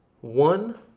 One